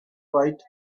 right